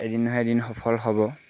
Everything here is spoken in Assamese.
এদিন নহয় এদিন সফল হ'ব